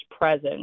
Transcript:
Presence